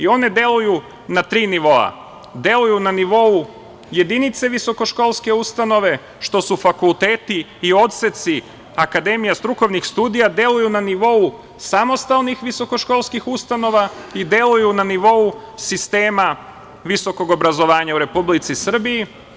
One deluju na tri nivoa - na nivou jedinice visokoškolske ustanove, što su fakulteti i odseci akademija strukovnih studija, deluju na nivou samostalnih visokoškolskih ustanova i deluju na nivou sistema visokog obrazovanja u Republici Srbiji.